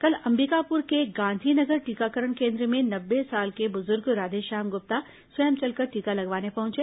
कल अंबिकापुर के गांधीनगर टीकाकरण केन्द्र में नब्बे साल के बुजुर्ग राधेश्याम गुप्ता स्वयं चलकर टीका लगवाने पहुंचे